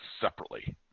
separately